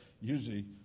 usually